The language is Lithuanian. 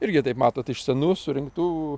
irgi taip matot iš senų surinktų